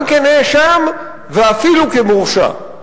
גם כנאשם, ואפילו כמורשע.